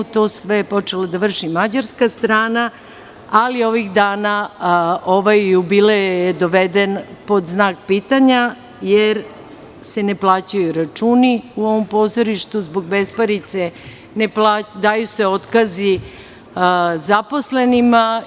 To je sve počelo da vrši mađarska strana ali je ovih dana ovaj jubilej doveden pod znak pitanja jer se ne plaćaju računi u ovom pozorištu zbog besparice, daju se otkazi zaposlenima.